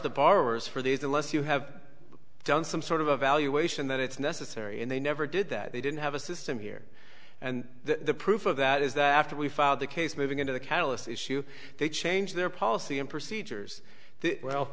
borrowers for these unless you have done some sort of evaluation that it's necessary and they never did that they didn't have a system here and the proof of that is that after we filed the case moving into the catalyst issue they changed their policy and procedures well